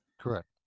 correct